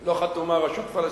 לא חתומה רשות פלסטינית,